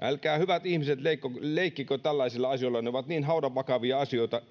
älkää hyvät ihmiset leikkikö leikkikö tällaisilla asioilla ne ovat niin haudanvakavia asioita